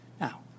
Now